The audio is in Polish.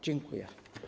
Dziękuję.